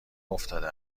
افتاده